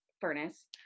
furnace